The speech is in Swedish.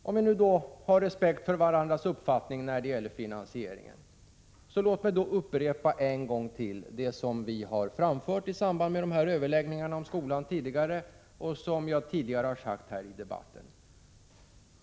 Om vi nu har respekt för varandras uppfattning när det gäller finansieringen, vill jag än en gång upprepa det som vi har framfört i samband med överläggningarna om skolan tidigare, och som jag tidigare har nämnt i debatten.